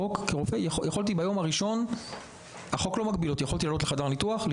כרופא להיכנס לחדר ניתוח,